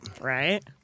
Right